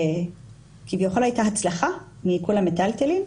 שכביכול במקרה שלהם הייתה הצלחה מעיקול המיטלטלין,